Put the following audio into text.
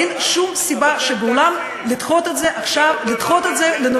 אין שום סיבה בעולם לדחות את זה עכשיו לנובמבר.